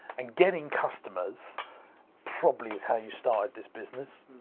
and getting customers probably is how you started this business.